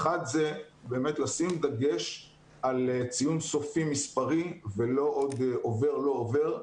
האחד זה באמת לשים דגש על ציון סופי מספרי ולא עוד עובר/לא עובר,